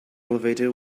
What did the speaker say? elevator